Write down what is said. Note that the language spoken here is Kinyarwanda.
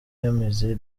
yamize